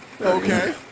okay